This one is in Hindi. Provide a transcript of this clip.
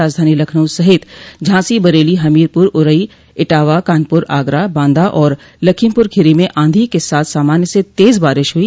राजधानी लखनऊ सहित झांसी बरेली हमीरपुर औरई इटावा कानपुर आगरा बांदा और लखीमपुर खीरी में आंधी के साथ सामान्य से तेज बारिश हुई